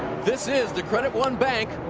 this is the credit one bank.